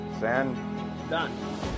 Done